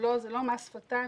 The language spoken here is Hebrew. זה לא מס שפתיים,